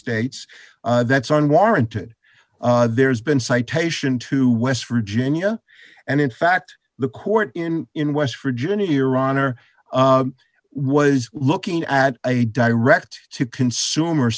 states that's unwarranted there's been citation to west virginia and in fact the court in in west virginia iran or was looking at a direct to consumer